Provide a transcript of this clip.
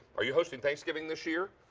are you hosting thanksgiving this year?